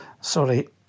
sorry